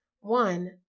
One